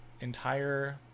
entire